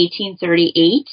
1838